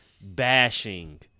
bashing